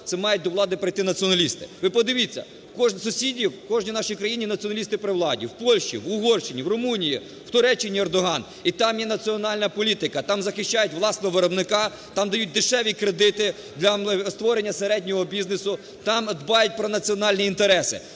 це мають до влади прийти націоналісти. Ви подивіться, в сусідів, в кожній країні націоналісти при владі: в Польщі, в Угорщині, в Румунії, в Туреччині - Ердоган. І там є національна політика, там захищають власного виробника, там дають дешеві кредити для створення середнього бізнесу, там дбають про національні інтереси.